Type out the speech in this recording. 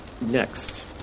next